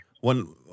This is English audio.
one